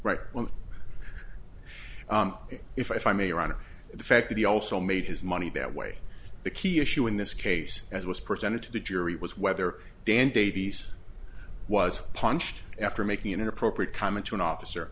right well if i may your honor the fact that he also made his money that way the key issue in this case as was presented to the jury was whether dan davies was punched after making an inappropriate comment to an officer